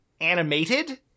animated